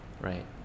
right